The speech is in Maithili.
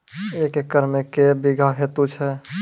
एक एकरऽ मे के बीघा हेतु छै?